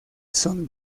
son